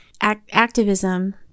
activism